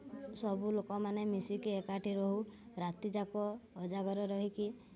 ସବୁ ଲୋକମାନେ ମିଶିକି ଏକାଠି ରହୁ ରାତିଯାକ ଉଜାଗର ରହିକି